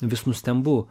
vis nustembu